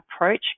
approach